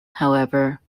however